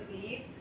believed